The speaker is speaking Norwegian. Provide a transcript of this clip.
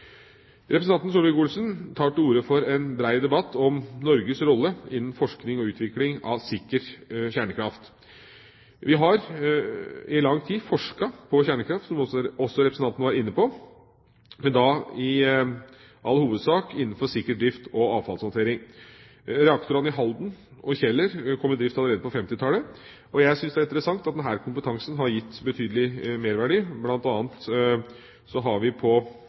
Representanten Solvik-Olsen tar til orde for en brei debatt om «Norges rolle innen forskning og utvikling av sikker kjernekraft». Vi har i lang tid forsket på kjernekraft, som også representanten var inne på, men da i all hovedsak innenfor sikker drift og avfallshåndtering. Reaktorene i Halden og på Kjeller kom i drift allerede på 1950-tallet. Jeg synes det er interessant at denne kompetansen har gitt betydelig merverdi, bl.a. har Institutt for energiteknikk nå fremragende miljøer innen materialteknologi takket være disse reaktorene. Vi